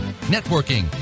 networking